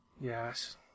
Yes